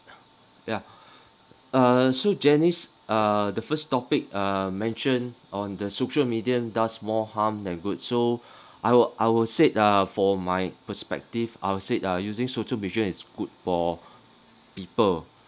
ya uh so janice uh the first topic uh mention on the social media does more harm than good so I'll I would say uh for my perspective I would say uh using social media is good for people